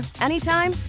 anytime